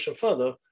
further